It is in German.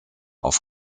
auf